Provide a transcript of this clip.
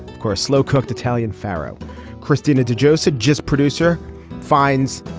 coarse slow cooked italian pharoah christina to joseph just producer finds.